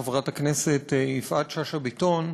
חברת הכנסת יפעת שאשא ביטון: